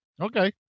Okay